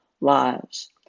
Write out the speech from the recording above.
lives